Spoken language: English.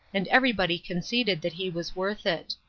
and everybody conceded that he was worth it.